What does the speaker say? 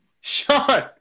Sean